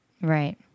Right